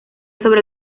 sobre